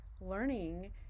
learning